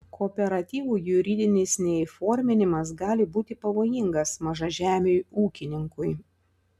kooperatyvų juridinis neįforminimas gali būti pavojingas mažažemiui ūkininkui